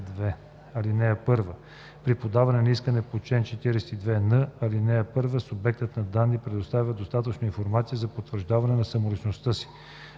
При подаване на искане по чл. 42н1, ал. 1 субектът на данните предоставя достатъчно информация за потвърждаване на самоличността си.